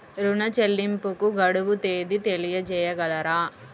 ఋణ చెల్లింపుకు గడువు తేదీ తెలియచేయగలరా?